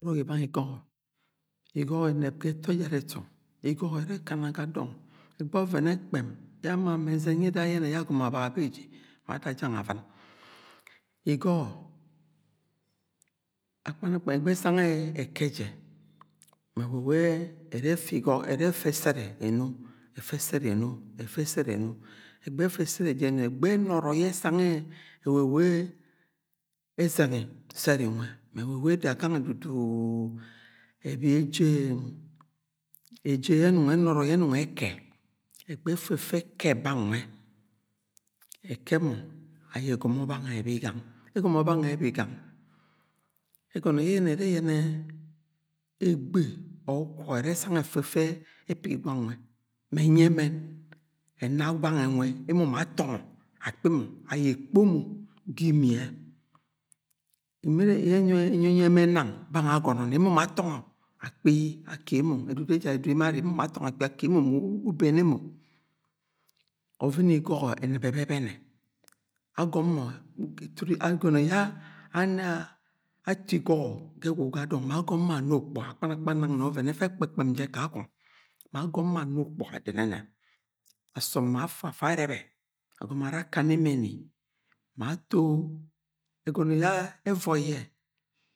igogo enep ga etu ejara etu, igogo ere ekana ga dong, egbe oven ekpem ye ama ma ezin yida ayene ya agomo abaga ma beji ma ada jeng auin, igogo akpan-akpan egbe esang eke je efe sere eno, efe sere eno, efe sere eno egbe efe efe sere je eno egbe enoro ezengi sere nwe me ewa-ewa eda gange dudu ebi eje eje enong enoro ye enong eke egbe efu efe eke bang nwe eke mo aye egomo bange ebigang. Egomo bange abigang egono ye eyene ere yene egbe or ukwo ere esang efe epigi gwang nwe me enyi emen ena bange nwe emo ma atongo akpi mo gi imie enyiyi emen nang bange agono ni emo ma atongo akpi akemo mu ubeni emo ovini igogo enep ebebeneagom mo egono ye ato igogo ga egwugwu ga dong ma agom mo ana okpuga akpan-akpan nang na oven efe ekpekpem je kakong ma agom mo ana ukpuga denene asom ma afu afa arebe agomo ara akana emini ma ato egono ye evoi ye adoro orok abauga ebin